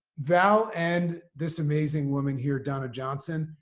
val and this amazing woman here, donna johnson,